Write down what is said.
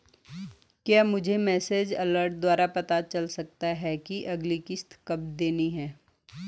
क्या मुझे message alert द्वारा पता चल सकता कि अगली किश्त कब देनी है?